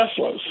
Teslas